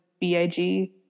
B-I-G